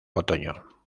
otoño